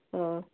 ହଉ